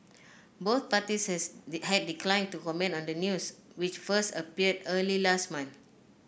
both parties had declined to comment on the news which first appeared early last month